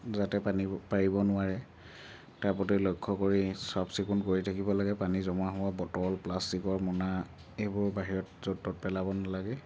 যাতে পানী পাৰিব নোৱাৰে তাৰ প্ৰতি লক্ষ্য কৰি চাফ চিকুণ কৰি থাকিব লাগে পানী জমা হোৱা বটল প্লাষ্টিকৰ মোনা এইবোৰ বাহিৰত য'ত ত'ত পেলাব নালাগে